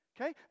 Okay